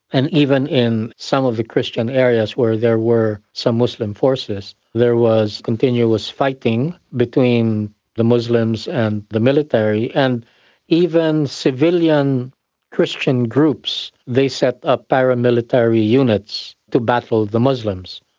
and even in some of the christian areas where there were some muslim forces, there was continuous fighting between the muslims and the military, and even civilian christian groups, they set up paramilitary units to battle the muslims.